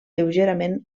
lleugerament